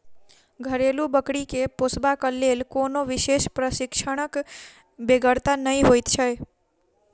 घरेलू बकरी के पोसबाक लेल कोनो विशेष प्रशिक्षणक बेगरता नै होइत छै